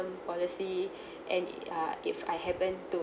policy and uh if I happen to